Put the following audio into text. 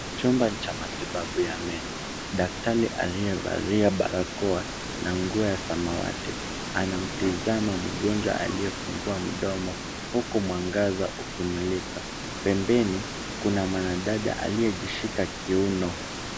Chumba cha matibabu ya meno. Daktari aliyevalia barakoa na nguo ya samawati anamtizama mgonjwa aliyefungua mdomo huku mwangaza ukimulika. Pembeni kuna mwanadada aliyejishika kiuno.